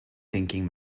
thinking